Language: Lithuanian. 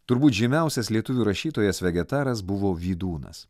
turbūt žymiausias lietuvių rašytojas vegetaras buvo vydūnas